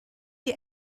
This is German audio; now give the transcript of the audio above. die